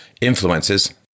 influences